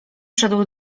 szedł